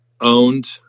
owned